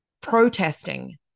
protesting